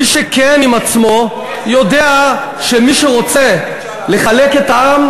מי שכן עם עצמו יודע שמי שרוצה לחלק את העם,